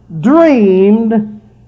dreamed